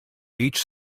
each